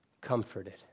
comforted